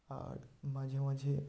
আর মাঝে মাঝে